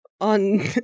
on